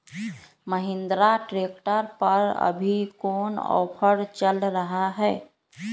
Mahindra tractor पर अभी कोन ऑफर चल रहा है?